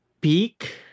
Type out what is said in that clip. Peak